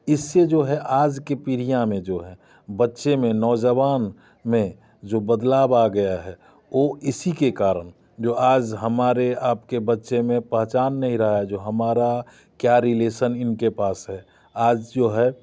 इससे जो है आज के पीढियाँ में जो हैं बच्चे में नौजवान में जो बदलाव आ गया है ओ इसी के कारण जो आज हमारे आपके बच्चे में पहचान नहीं रहा है जो हमारा क्या रिलेशन इनके पास है आज जो है